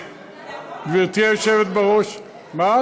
גברתי היושבת בראש, היושבת-ראש,